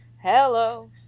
Hello